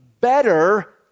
better